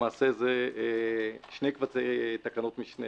זה שני קבצי תקנות משנה